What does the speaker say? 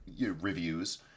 reviews